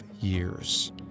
years